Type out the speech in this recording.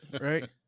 right